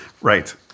Right